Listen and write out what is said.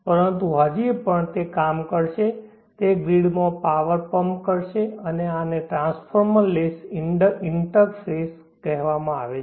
પરંતુ હજી પણ તે કામ કરશે તે ગ્રીડમાં પાવર પંપ કરશે અને આને ટ્રાન્સફોર્મરલેસ ઇંટરફેસ કહેવામાં આવે છે